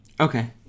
Okay